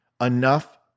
Enough